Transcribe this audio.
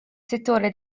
settore